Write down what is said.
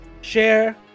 share